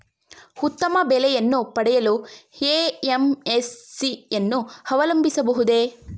ಉತ್ತಮ ಬೆಲೆಯನ್ನು ಪಡೆಯಲು ಎ.ಪಿ.ಎಂ.ಸಿ ಯನ್ನು ಅವಲಂಬಿಸಬಹುದೇ?